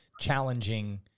challenging